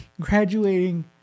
graduating